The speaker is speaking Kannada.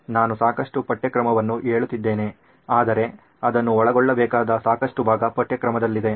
ನಾನು ಸಾಕಷ್ಟು ಪಠ್ಯಕ್ರಮವನ್ನು ಹೇಳುತ್ತಿದ್ದೇನೆ ಆದರೆ ಅದನ್ನು ಒಳಗೊಳ್ಳಬೇಕಾದ ಸಾಕಷ್ಟು ಭಾಗ ಪಠ್ಯಕ್ರಮದಲ್ಲಿದೆ